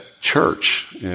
church